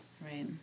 Right